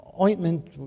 ointment